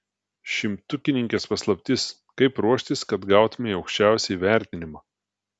šimtukininkės paslaptis kaip ruoštis kad gautumei aukščiausią įvertinimą